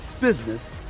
business